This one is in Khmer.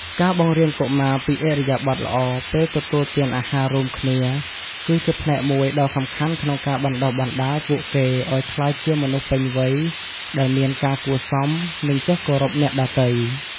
ការបង្រៀនកុមារពីឥរិយាបថល្អពេលទទួលទានអាហាររួមគ្នា គឺជាផ្នែកមួយដ៏សំខាន់ក្នុងការបណ្តុះបណ្តាលពួកគេឲ្យក្លាយជាមនុស្សពេញវ័យដែលមានការគួរសម និងចេះគោរពអ្នកដទៃ។